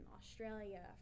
Australia